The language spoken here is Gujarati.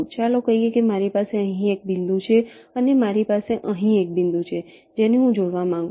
ચાલો કહીએ કે મારી પાસે અહીં એક બિંદુ છે અને મારી પાસે અહીં એક બિંદુ છે જેને હું જોડવા માંગુ છું